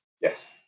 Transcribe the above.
Yes